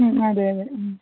അതെയതെ